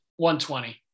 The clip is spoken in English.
120